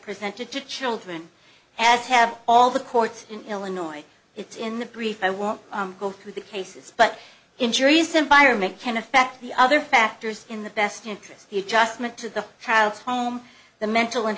presented to children as have all the courts in illinois it's in the brief i won't go through the cases but injuries environment can affect the other factors in the best interest the adjustment to the child's home the mental and